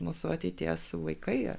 mūsų ateities vaikai ar